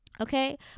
okay